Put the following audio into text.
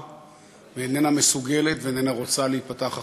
ואיננה מסוגלת ואיננה רוצה להיפתח החוצה.